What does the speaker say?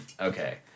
Okay